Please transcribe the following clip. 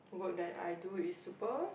work that I do is super